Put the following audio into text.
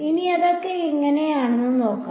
ഇനി അതെങ്ങനെയാണെന്ന് നോക്കാം